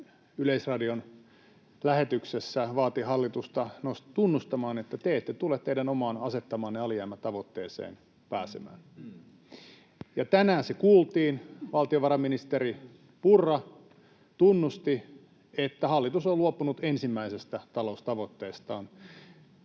Yleisradion lähetyksessä vaati hallitusta tunnustamaan, että te ette tule teidän omaan asettamaanne alijäämätavoitteeseen pääsemään. Ja tänään se kuultiin. Valtiovarainministeri Purra tunnusti, että hallitus on luopunut ensimmäisestä taloustavoitteestaan.